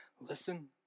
Listen